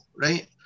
right